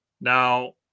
Now